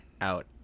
out